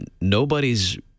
nobody's